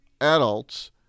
adults